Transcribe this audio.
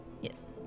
Yes